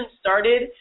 started